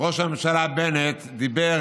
ראש הממשלה בנט דיבר